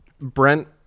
Brent